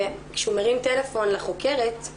כשהוא מרים טלפון לחוקרת,